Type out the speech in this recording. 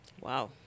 Wow